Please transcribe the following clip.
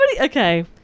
okay